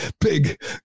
big